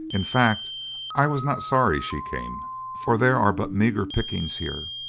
in fact i was not sorry she came, for there are but meager pickings here,